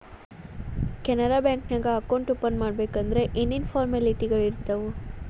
ಕೆನರಾ ಬ್ಯಾಂಕ ನ್ಯಾಗ account open ಮಾಡ್ಬೇಕಂದರ ಯೇನ್ ಫಾರ್ಮಾಲಿಟಿಗಳಿರ್ತಾವ?